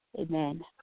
Amen